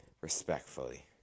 Respectfully